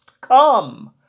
come